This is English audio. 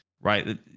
right